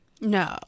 No